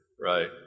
Right